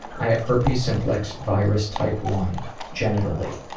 i have herpes simplex virus, type one genitally.